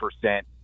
percent